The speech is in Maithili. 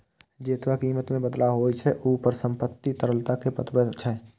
जेतबा कीमत मे बदलाव होइ छै, ऊ परिसंपत्तिक तरलता कें बतबै छै